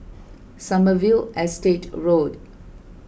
Sommerville Estate Road